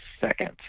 second